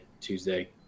Tuesday